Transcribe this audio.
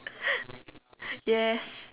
yes